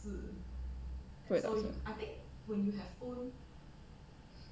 不会字